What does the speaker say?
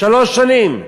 שלוש שנים.